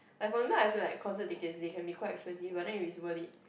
like for example I feel like concert ticket they can be quite expensive but then if it's worth it